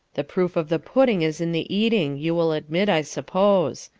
the proof of the pudding is in the eating, you will admit, i suppose.